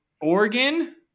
Oregon